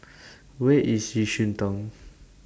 Where IS Yishun Town